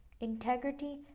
Integrity